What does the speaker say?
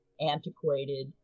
antiquated